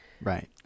Right